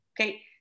okay